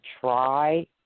try